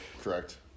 Correct